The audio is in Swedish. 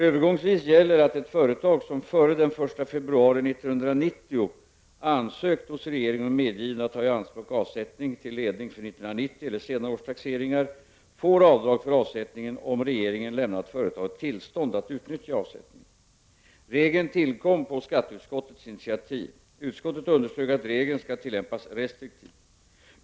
Övergångsvis gäller att ett företag som före den 1 februari 1990 ansökt hos regeringen om medgivande att ta i anspråk avsättning till ledning för 1990 eller senare års taxeringar får avdrag för avsättningen om regeringen lämnat företaget tillstånd att utnyttja avsättningen. Regeln tillkom på skatteutskottets initiativ. Utskottet underströk att regeln skall tillämpas restriktivt.